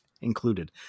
Included